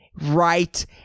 Right